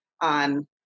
on